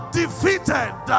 defeated